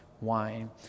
wine